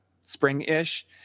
spring-ish